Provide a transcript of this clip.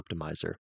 optimizer